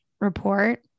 report